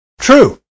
true